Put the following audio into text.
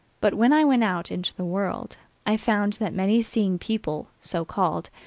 but when i went out into the world, i found that many seeing people, so called,